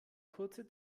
kurze